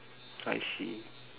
I see